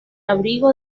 abrigo